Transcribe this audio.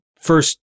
first